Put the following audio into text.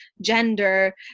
gender